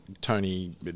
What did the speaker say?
Tony